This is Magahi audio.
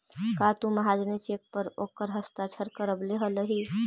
का तु महाजनी चेक पर ओकर हस्ताक्षर करवले हलहि